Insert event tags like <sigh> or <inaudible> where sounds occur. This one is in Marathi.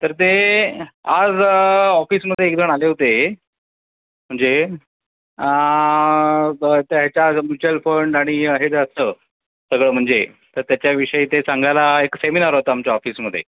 तर ते आज ऑफिसमध्ये एकजण आले होते म्हणजे त् त्या ह्याच्या ग् म्युचुअल फंड आणि हे <unintelligible> असं सगळं म्हणजे तर त्याच्याविषयी ते सांगायला एक सेमिनार होता आमच्या ऑफिसमध्ये